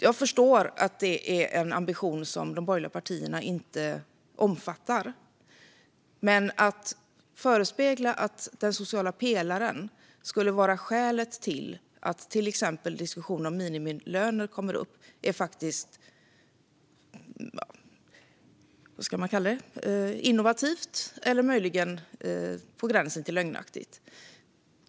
Jag förstår att detta inte är en ambition som de borgerliga partierna omfamnar, men förespeglingen att den sociala pelaren skulle vara skälet till att exempelvis diskussionen om minimilöner kommer upp är faktiskt innovativ, eller vad man nu ska kalla den - möjligen på gränsen till lögnaktig.